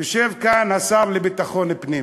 יושב כאן השר לביטחון פנים,